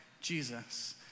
Jesus